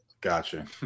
Gotcha